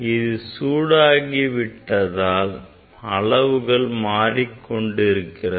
இது சூடாகி விட்டதால் அளவுகள் மாறிக்கொண்டிருக்கிறது